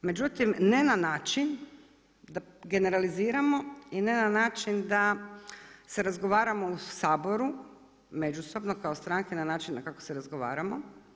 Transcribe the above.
Međutim, ne na način da generaliziramo i ne način da se razgovaramo u Saboru međusobno kao stranke na način kako se razgovaramo.